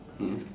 ya